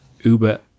Uber